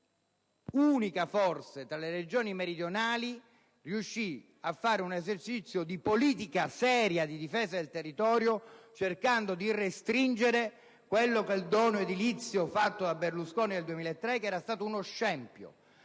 unica forse tra le Regioni meridionali, riuscì a fare un esercizio di politica seria di difesa del territorio cercando di restringere il condono edilizio fatto da Berlusconi nel 2003, che era stato uno scempio.